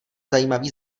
zajímavý